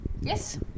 Yes